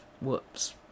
Whoops